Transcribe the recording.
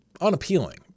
unappealing